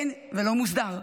אין ולא מוסדר.